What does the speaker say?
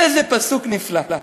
איזה פסוק נפלא.